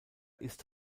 ist